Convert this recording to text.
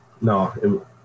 no